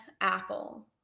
apple